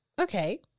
Okay